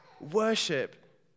Worship